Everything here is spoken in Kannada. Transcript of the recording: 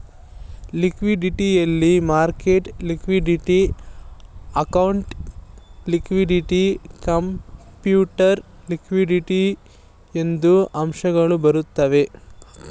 ಲಿಕ್ವಿಡಿಟಿ ಯಲ್ಲಿ market liquidity, accounting liquidity, capital liquidity ಎಂಬ ಅಂಶಗಳು ಬರುತ್ತವೆ